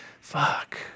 Fuck